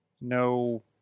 no